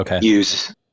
use